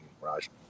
raj